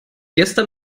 gestern